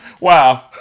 Wow